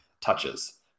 touches